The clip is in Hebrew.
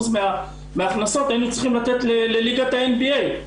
מההכנסות היינו צריכים לתת לליגת האן-בי.איי.